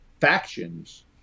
factions